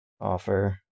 offer